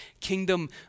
kingdom